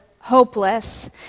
hopeless